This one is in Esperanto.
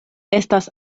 estas